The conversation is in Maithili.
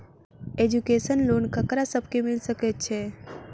एजुकेशन लोन ककरा सब केँ मिल सकैत छै?